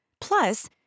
Plus